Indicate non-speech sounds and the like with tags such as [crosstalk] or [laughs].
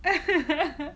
[laughs]